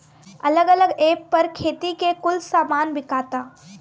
अलग अलग ऐप पर खेती के कुल सामान बिकाता